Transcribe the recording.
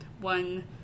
one